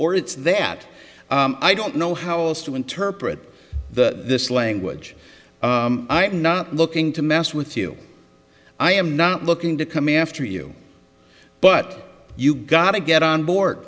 or it's that i don't know how else to interpret the this language i am not looking to mess with you i am not looking to come after you but you gotta get on board